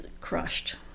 crushed